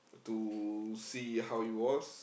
to see how it was